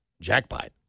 jackpot